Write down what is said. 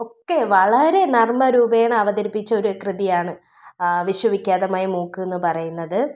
ഒക്കെ വളരെ നർമ്മരൂപേണ അവതരിപ്പിച്ച ഒരു കൃതിയാണ് വിശ്വവിഖ്യാതമായ മൂക്ക് എന്ന് പറയുന്നത്